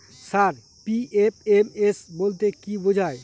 Sir PFMS বলতে কি বোঝায়?